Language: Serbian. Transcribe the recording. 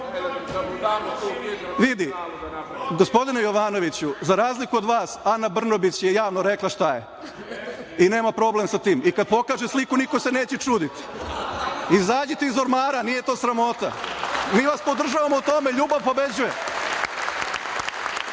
Brnabić…)Gospodine Jovanoviću, za razliku od vas, Ana Brnabić je javno rekla šta je i nema problem sa tim i kad pokaže sliku, niko se neće čuditi. Izađite iz ormara, nije to sramota. Mi vas podržavamo u tome, ljubav pobeđuje. Prema